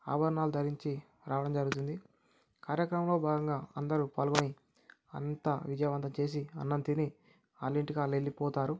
ఆభరణాలు ధరించి రావడం జరుగుతుంది కార్యక్రమంలో భాగంగా అందరూ పాల్గొని అంతా విజయవంతం చేసి అన్నం తిని వాళ్ళింటికాళ్ళు వెళ్ళిపోతారు